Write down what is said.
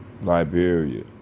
Liberia